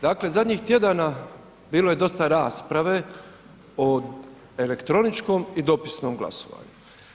Dakle, zadnjih tjedana bilo je dosta rasprave o elektroničkom i dopisnom glasovanju.